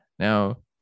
Now